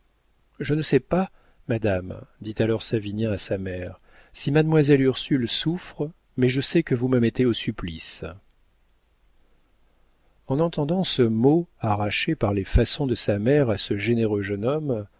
je ne sais pas madame dit alors savinien à sa mère si mademoiselle ursule souffre mais je sais que vous me mettez au supplice en entendant ce mot arraché par les façons de sa mère à ce généreux jeune homme